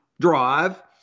drive